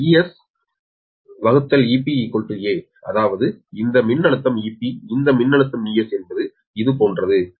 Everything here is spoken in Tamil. இந்த 𝑬𝒔 onpon EsEpa அதாவது இந்த மின்னழுத்தம் 𝑬𝒑 இந்த மின்னழுத்தம் 𝑬𝒔 என்பது இது போன்றது